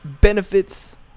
benefits